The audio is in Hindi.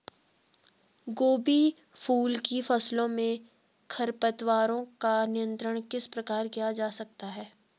गोभी फूल की फसलों में खरपतवारों का नियंत्रण किस प्रकार किया जा सकता है?